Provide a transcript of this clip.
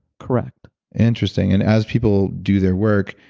correct interesting. and as people do their work,